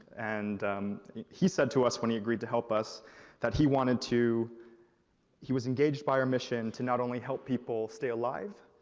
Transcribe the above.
and he said to us when he agreed to help us that he wanted to he was engaged by our mission to not only help people stay alive,